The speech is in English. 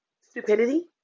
stupidity